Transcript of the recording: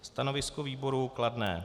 Stanovisko výboru je kladné.